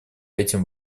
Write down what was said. этим